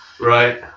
Right